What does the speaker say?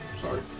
Sorry